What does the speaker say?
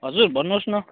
हजुर भन्नुहोस् न